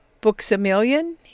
Books-A-Million